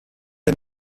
est